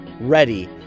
ready